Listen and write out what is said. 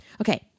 Okay